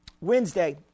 Wednesday